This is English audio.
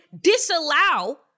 disallow